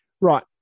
Right